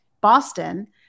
Boston